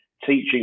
teaching